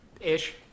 Ish